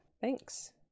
thanks